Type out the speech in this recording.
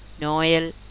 Noel